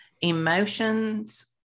Emotions